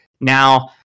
Now